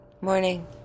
Morning